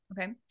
Okay